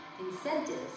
incentives